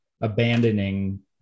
abandoning